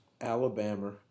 Alabama